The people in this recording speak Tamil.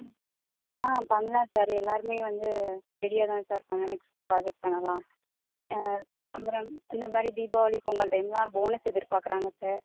ம் ஆ பண்ணலாம் சார் எல்லோருமே வந்து ரெடியாக தான் சார் இருக்காங்க நெக்ஸ்ட் ப்ராஜெக்ட் பண்ணலாம் அப்புறம் இந்த மாதிரி தீபாவளி பொங்கல் டைம்லலாம் போனஸ் எதிர்பார்க்கறாங்க சார்